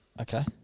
Okay